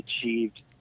achieved